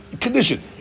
condition